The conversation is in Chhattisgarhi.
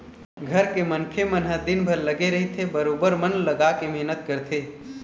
घर के मनखे मन ह दिनभर लगे रहिथे बरोबर मन लगाके मेहनत करथे